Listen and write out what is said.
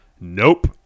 Nope